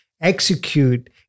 execute